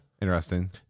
Interesting